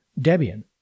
Debian